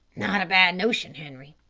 not a bad notion, henri.